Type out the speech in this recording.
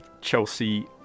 Chelsea